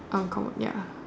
uncommon ya